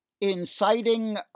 inciting